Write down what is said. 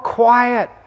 quiet